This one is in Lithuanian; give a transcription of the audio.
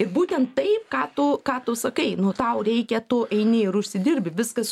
būtent tai ką tu ką tu sakai nu tau reikia tu eini ir užsidirbi viskas